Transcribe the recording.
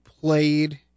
played